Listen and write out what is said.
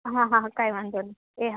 હા હા હા કાંઈ વાંધો નહીં એ હા